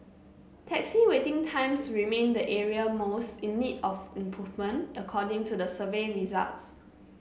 taxi waiting times remained the area most in need of improvement according to the survey results